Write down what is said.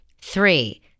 Three